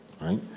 right